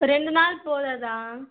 ஒரு ரெண்டு நாள் போதாதா